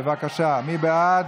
מי בעד?